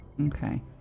okay